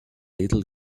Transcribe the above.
little